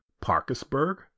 Parkersburg